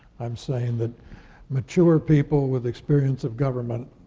i'm saying that mature people with experience of government